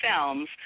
films